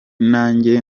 nanjye